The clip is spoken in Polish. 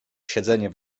siedzenie